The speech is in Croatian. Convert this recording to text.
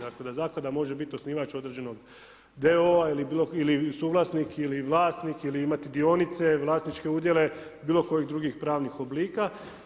Dakle, da zaklada može biti osnivač određenog d.o.o. ili suvlasnik ili vlasnik ili imati dionice, vlasničke udjele bilo kojih drugih pravnih oblika.